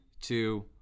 two